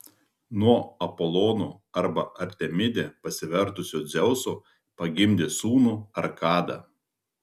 nuo apolonu arba artemide pasivertusio dzeuso pagimdė sūnų arkadą